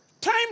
Time